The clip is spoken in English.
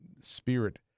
spirit